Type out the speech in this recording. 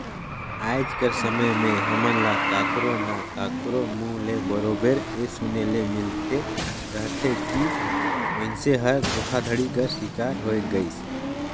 आएज कर समे में हमन ल काकरो ना काकरो मुंह ले बरोबेर ए सुने ले मिलते रहथे कि मइनसे हर धोखाघड़ी कर सिकार होए गइस